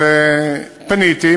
פניתי.